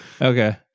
Okay